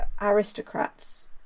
aristocrats